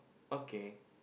okay